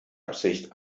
absicht